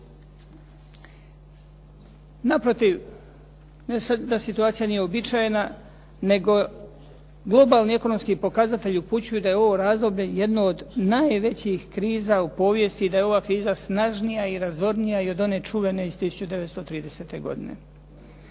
Naprotiv, ne sad da situacija nije uobičajena nego globalni ekonomski pokazatelji upućuju da je ovo razdoblje jedne od najvećih kriza u povijesti i da je ova kriza snažnija i razornija i od one čuvene iz 1930. godine.